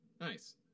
Nice